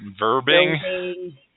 verbing